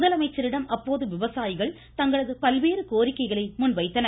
முதலமைச்சரிடம் அப்போது விவசாயிகள் தங்களது பல்வேறு கோரிக்கைகளை முன்வைத்தன்